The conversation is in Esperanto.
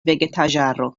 vegetaĵaro